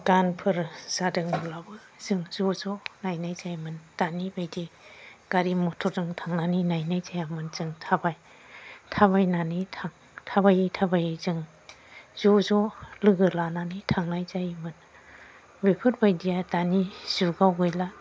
गानफोर जादोंब्लाबो जों ज' ज' नायनाय जायोमोन दानि बादि गारि मटरजों थांनानै नायनाय जायामोन जों थाबाय थाबायनानै थाबाय थाबायै थाबायै जों ज' ज' लोगो लानानै थांनाय जायोमोन बेफोर बादिया दानि जुगाव गैला